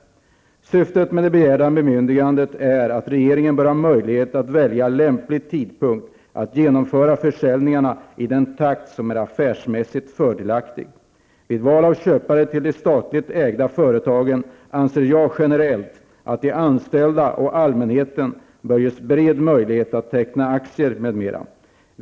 Syftet med det begärda bemyndigandet är att regeringen bör ha möjligheter att välja lämplig tidpunkt och att genomföra försäljningarna i den takt som är affärsmässigt fördelaktig. Vid val av köpare till de statligt ägda företagen anser jag generellt att de anställda och allmänheten bör ges bred möjlighet att teckna aktier m.m.